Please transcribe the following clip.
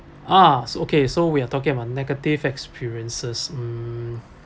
ah so okay so we are talking about negative experiences mm